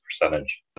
percentage